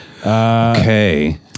Okay